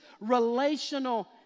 relational